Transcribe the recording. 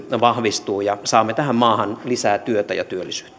vahvistuu ja saamme tähän maahan lisää työtä ja